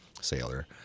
sailor